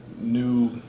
new